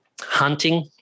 hunting